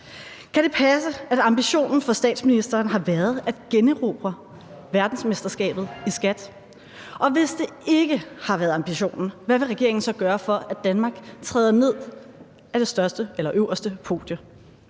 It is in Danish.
Kan det passe, at ambitionen for statsministeren har været at generobre verdensmesterskabet i skat? Og hvis det ikke har været en ambition, hvad vil regeringen så gøre for, at Danmark træder ned fra det øverste podie?